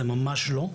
זה ממש לא.